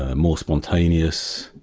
ah more spontaneous,